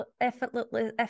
effortlessly